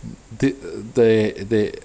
did they they